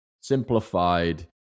simplified